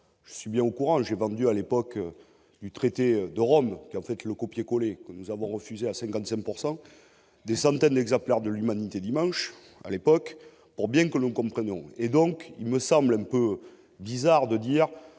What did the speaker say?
je suis au courant, j'ai vendu à l'époque du traité de Rome, qui en fait le copier/coller, que nous avons refusé à 55 pourcent des centaines d'exemplaires de l'Humanité dimanche, à l'époque pour bien que nous comprenions et donc il me semble un peu bizarre de dire